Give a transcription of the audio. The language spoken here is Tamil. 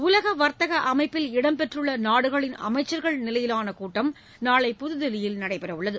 உலக வர்த்தக அமைப்பில் இடம்பெற்றுள்ள நாடுகளின் அமைச்சர்கள் நிலையிலான கூட்டம் நாளை புதுதில்லியில் நடைபெறவுள்ளது